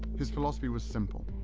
his philosophy was simple.